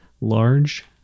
large